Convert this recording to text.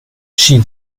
she